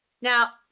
Now